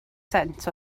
sent